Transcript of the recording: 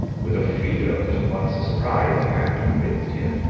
with a freedom that at once surprised and convinced him,